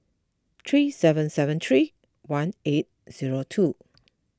three seven seven three one eight zero two